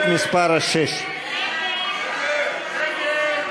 של קבוצת סיעת מרצ לסעיף תקציבי 05,